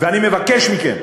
ואני מבקש מכם.